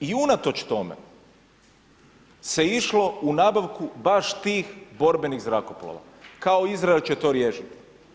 I unatoč tome se išlo u nabavku baš tih borbenih zrakoplova, kao Izrael će to riješiti.